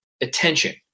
attention